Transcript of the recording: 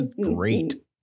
great